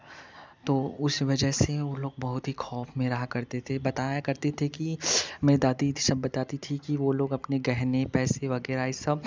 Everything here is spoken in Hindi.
तो उस वजह से वे लोग बहुत ही खौफ़ में रहा करते थे बताया करते थे कि मेरी दादी सब बताती थीं कि वह लोग अपने गहने पैसे वगैरह यह सब